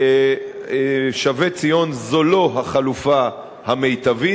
שבי-ציון זו לא החלופה המיטבית.